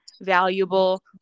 valuable